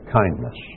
kindness